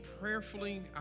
prayerfully